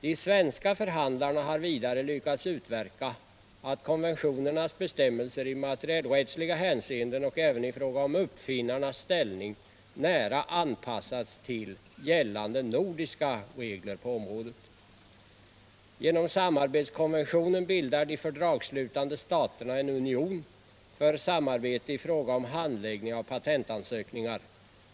De svenska förhandlarna har vidare Genom samarbetskonventionen bildar de fördragslutande staterna en union för samarbete i fråga om handläggning av patentansökningar.